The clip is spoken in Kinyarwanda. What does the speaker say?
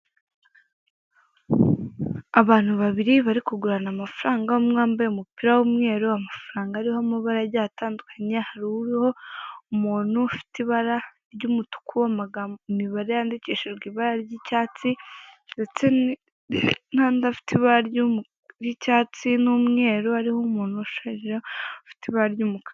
Abantu babiri bari kugurana amafaranga umwe wambaye umupira w'umweru amafaranga ariho amabara agiye atandukanye hariho umuntu ufite ibara ry'umutuku amagambo imibare yandikishijwe ibara ry'iyatsi ndetse n'andi afite ibara ry'icyatsi n'umweru ariho umuntu ushaje ufite ibara ry'umukara.